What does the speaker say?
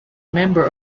member